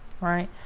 right